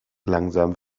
langsam